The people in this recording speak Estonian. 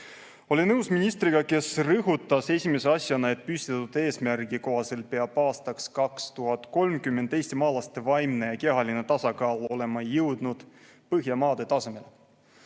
nõus ministriga, kes rõhutas esimese asjana, et püstitatud eesmärgi kohaselt peab aastaks 2030 eestimaalaste vaimne ja kehaline tasakaal olema jõudnud Põhjamaade tasemele.